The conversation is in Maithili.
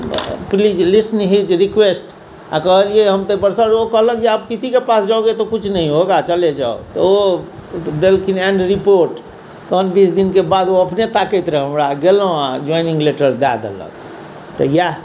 प्लीज लिस्न हीज रिक्वेस्ट आओर कहलियै हम तै पर से ओ कहलक आप किसीके पास जाओगे तो कुछ नहीं होगा चले जाओ तऽ ओ देलखिन एंड रिपोर्ट पाँच बीस दिनके बाद ओ अपने ताकै रहै हमरा गेलहुँ आओर ज्वाइनिंग लेटर दए देलक तऽ इएह